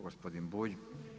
Gospodin Bulj.